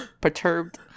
perturbed